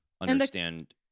understand